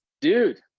Dude